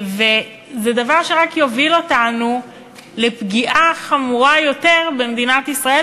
זה דבר שרק יוביל אותנו לפגיעה חמורה יותר במדינת ישראל,